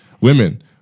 Women